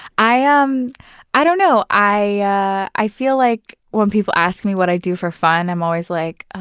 i um i don't know. i yeah i feel like when people ask me what i do for fun i'm always like, ah,